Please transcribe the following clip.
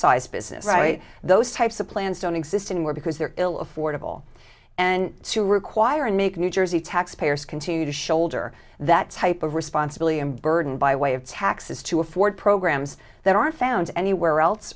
size business right those types of plans don't exist anymore because they're ill affordable and to require and make new jersey taxpayers continue to shoulder that type of responsibility and burden by way of taxes to afford programs that aren't found anywhere else